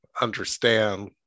understand